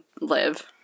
live